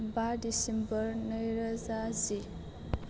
बा डिसेम्बर नैरोजा जि